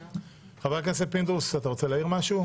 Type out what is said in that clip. חבר הכנסת פינדרוס, אתה רוצה להעיר משהו?